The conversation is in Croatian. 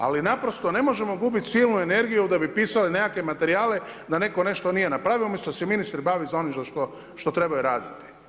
Ali, naprosto, ne možemo gubiti silnu energiju da bi pisali nekakve materijale, da netko nešto nije napravio, umjesto a se ministri bave za onim što trebaju raditi.